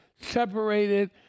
separated